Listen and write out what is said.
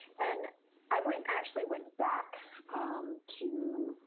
and i went, actually went back um to